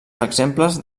exemples